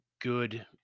good